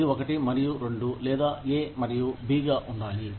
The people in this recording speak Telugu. ఇది ఒకటి మరియు రెండు లేదా ఏ మరియు బి గా ఉండాలి